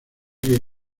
que